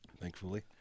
thankfully